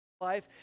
life